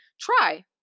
try